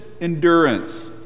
endurance